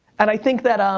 and i think that, um